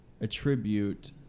attribute